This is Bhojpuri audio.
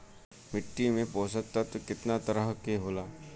मिट्टी में पोषक तत्व कितना तरह के होला?